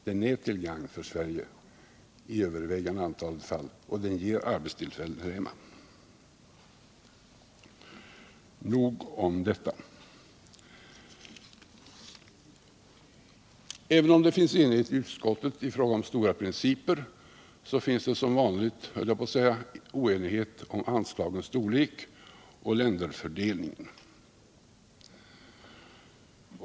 Den är till gagn för Sverige i övervägande antal fall och den ger arbetstillfällen här hemma. Nog om detta. Även om det finns enighet i utskottet i fråga om stora principer, så finns det som vanligt, höll jag på att säga, oenighet om anslagens storlek och länderfördelningen.